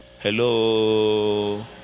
Hello